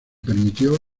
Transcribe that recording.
permitió